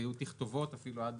והיו תכתובות אפילו עד